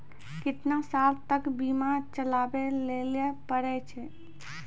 केतना साल तक बीमा चलाबै लेली पड़ै छै?